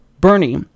Bernie